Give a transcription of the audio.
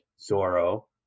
Zoro